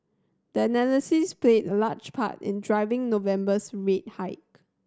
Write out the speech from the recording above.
that analysis played a large part in driving November's rate hike